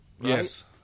Yes